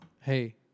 Hey